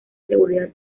seguridad